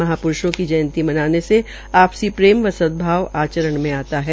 महाप्रूषों की जयंती मनाने से आपसी प्रेम व सदभाव आचरण में आता है